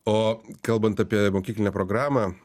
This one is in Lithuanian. o kalbant apie mokyklinę programą